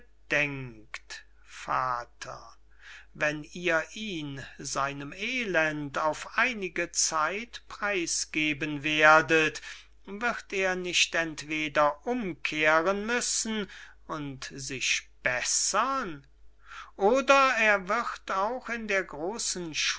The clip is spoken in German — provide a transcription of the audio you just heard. vater wenn ihr ihn seinem elend auf einige zeit preiß geben werdet wird er nicht entweder umkehren müssen und sich bessern oder er wird auch in der großen